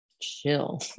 chill